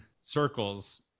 circles